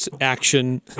action